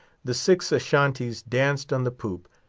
the six ashantees danced on the poop.